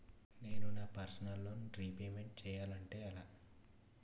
నేను నా personal loan repayment చేయాలంటే ఎలా?